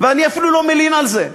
אני אפילו לא מלין על זה.